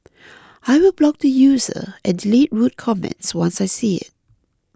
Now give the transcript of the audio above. I will block the user and delete rude comments once I see it